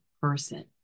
person